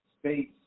space